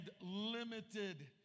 limited